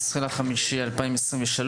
16 במאי 2023,